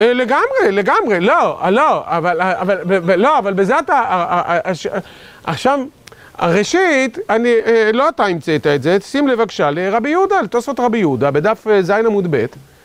לגמרי, לגמרי, לא, לא, אבל, לא, אבל בזה אתה, עכשיו, הראשית, אני, לא אתה המצאת את זה, שים לבקשה לרבי יהודה, תעשו את רבי יהודה בדף ז עמוד ב